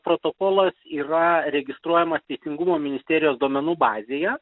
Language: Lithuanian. protokolas yra registruojamas teisingumo ministerijos duomenų bazėje